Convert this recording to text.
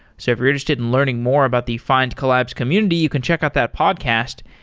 so if you're interested in learning more about the find collabs community, you can check out that podcast,